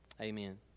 Amen